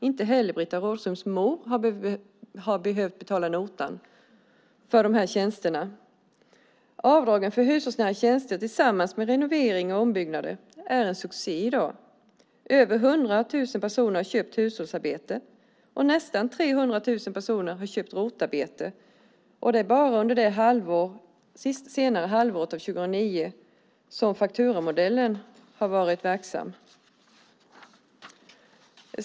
Inte heller Britta Rådströms mor har behövt betala notan för de här tjänsterna. Avdragen för hushållsnära tjänster och renoveringar och ombyggnader är en succé i dag. Över 100 000 personer har köpt hushållsarbete, och nästan 300 000 personer har köpt ROT-arbete, och det är bara under det senare halvåret 2009, då fakturamodellen har varit verksam.